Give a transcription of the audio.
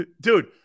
Dude